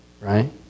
right